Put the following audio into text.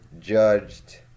judged